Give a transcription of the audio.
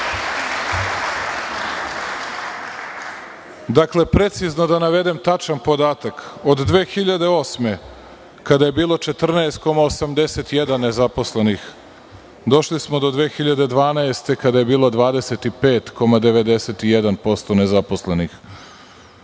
glasa. Dakle, precizno da navedem tačan podatak. Od 2008. godine, kada je bilo 14,81% nezaposlenih, došli smo do 2012. godine, kada je bilo 25,91% nezaposlenih. Što